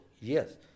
yes